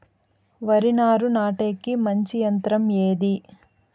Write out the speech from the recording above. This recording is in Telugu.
వరి నారు నాటేకి మంచి యంత్రం ఏది?